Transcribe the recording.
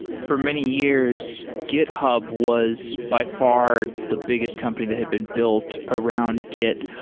for many years, github was by far the biggest company that have been built around git.